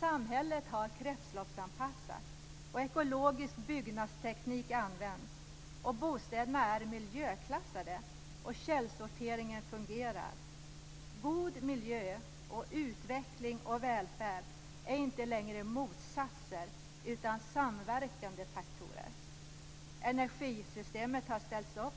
Samhället har kretsloppsanpassats. Ekologisk byggnadsteknik används. Bostäderna är miljöklassade, och källsorteringen fungerar. God miljö och utveckling och välfärd är inte längre motsatser utan samverkande faktorer. Energisystemet har ställts om.